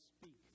speak